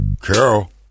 Carol